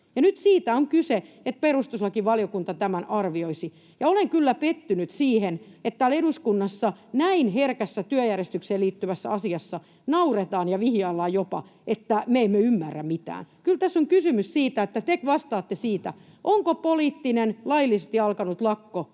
siitä on kyse, että perustuslakivaliokunta tämän arvioisi. Olen kyllä pettynyt siihen, että täällä eduskunnassa näin herkässä työjärjestykseen liittyvässä asiassa nauretaan ja vihjaillaan jopa, että me emme ymmärrä mitään. Kyllä tässä on kysymys siitä, että te vastaatte siitä, onko poliittinen, laillisesti alkanut lakko